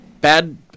bad